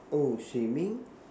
oh swimming